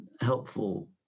helpful